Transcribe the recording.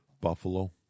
Buffalo